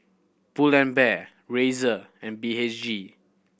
Pull and Bear Razer and B H G